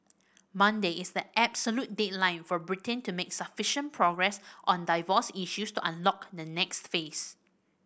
Monday is the absolute deadline for Britain to make sufficient progress on divorce issues to unlock the next phase